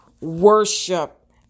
worship